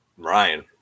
Ryan